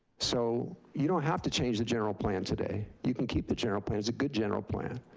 so you don't have to change the general plan today. you can keep the general plan, it's a good general plan.